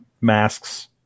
masks